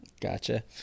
gotcha